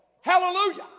Hallelujah